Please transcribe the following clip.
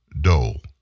dole